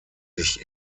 sich